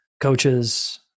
coaches